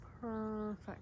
perfect